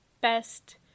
best